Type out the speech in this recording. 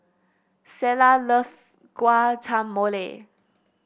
Selah loves Guacamole